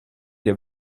der